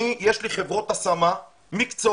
יש לי חברות השמה מקצועיות,